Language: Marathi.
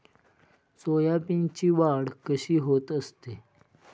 सोयाबीनची वाढ कशी होत असते?